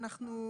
אנחנו,